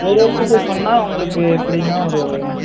ஒரு வருஷத்துக்கு பண்ணால் உங்களுக்கு எப்படின்னா ஒரு